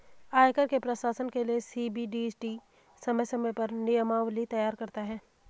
आयकर के प्रशासन के लिये सी.बी.डी.टी समय समय पर नियमावली तैयार करता है